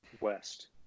west